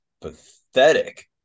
pathetic